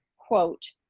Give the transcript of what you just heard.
quote,